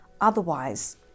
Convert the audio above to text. Otherwise